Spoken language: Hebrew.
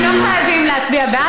טוב, אתם לא חייבים להצביע בעד.